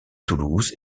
toulouse